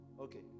Okay